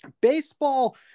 Baseball